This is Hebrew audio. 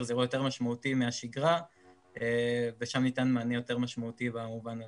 זה אירוע יותר משמעותי מהשגרה ושם ניתן מענה יותר משמעותי במובן הזה.